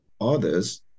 others